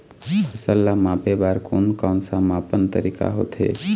फसल ला मापे बार कोन कौन सा मापन तरीका होथे?